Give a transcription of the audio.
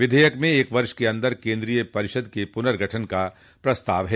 विधेयक में एक वर्ष के अंदर केन्द्रीय परिषद के प्नर्गठन का प्रस्ताव है